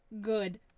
Good